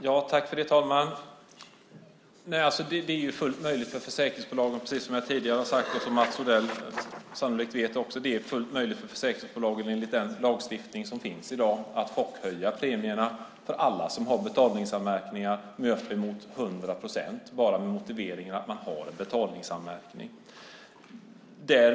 Fru talman! Enligt dagens lagstiftning är det fullt möjligt för försäkringsbolagen, precis som jag tidigare har sagt och som Mats Odell sannolikt också vet, att chockhöja premierna med uppemot 100 procent för alla som har betalningsanmärkningar bara med motiveringen att man har en betalningsanmärkning.